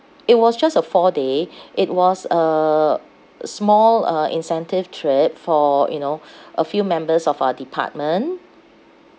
it was just a four day it was a small uh incentive trip for you know a few members of our department